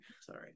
Sorry